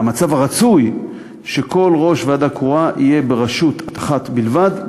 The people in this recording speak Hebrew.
המצב הרצוי שכל ראש ועדה קרואה יהיה ברשות אחת בלבד,